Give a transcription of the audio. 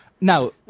Now